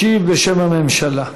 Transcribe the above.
ישיב בשם הממשלה.